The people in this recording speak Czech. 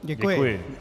Děkuji.